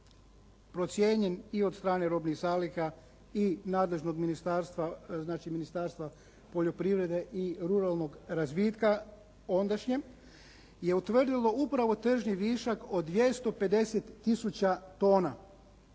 procijenjen i od strane robnih zaliha i nadležnog ministarstva, znači Ministarstva poljoprivrede i ruralnog razvitka ondašnjem je utvrdilo upravo tržni višak od 250 tisuća tona